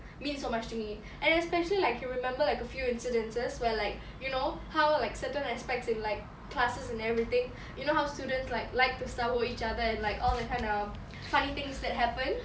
means so much to me and especially like you remember like a few incidences where like you know how like certain aspects in like classes and everything you know how students like like to sabo each other and like all that kind of funny things that happened